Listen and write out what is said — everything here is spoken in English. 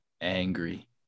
angry